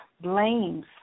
blames